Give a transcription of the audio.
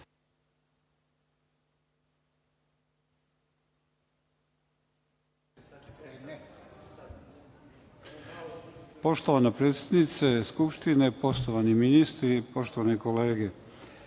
Poštovana predsednice Skupštine, poštovani ministri, poštovane kolege. Ja